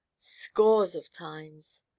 scores of times!